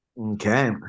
okay